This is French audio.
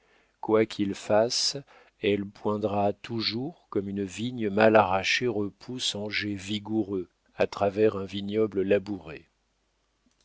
quoi qu'il fasse elle poindra toujours comme une vigne mal arrachée repousse en jets vigoureux à travers un vignoble labouré